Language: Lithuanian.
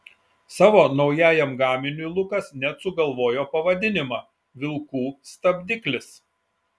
savo naujajam gaminiui lukas net sugalvojo pavadinimą vilkų stabdiklis